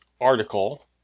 article